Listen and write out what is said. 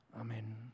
Amen